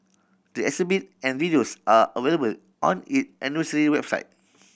the exhibit and videos are available on it anniversary website